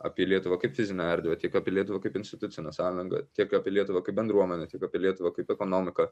apie lietuvą kaip fizinę erdvę tiek apie lietuvą kaip institucinę sąrangą tiek apie lietuvą kaip bendruomenę tiek apie lietuvą kaip ekonomiką